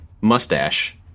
mustache